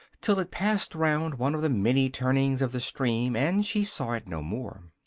till it passed round one of the many turnings of the stream, and she saw it no more.